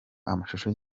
amashusho